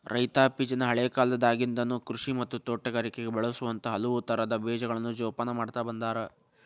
ರೈತಾಪಿಜನ ಹಳೇಕಾಲದಾಗಿಂದನು ಕೃಷಿ ಮತ್ತ ತೋಟಗಾರಿಕೆಗ ಬಳಸುವಂತ ಹಲವುತರದ ಬೇಜಗಳನ್ನ ಜೊಪಾನ ಮಾಡ್ತಾ ಬಂದಾರ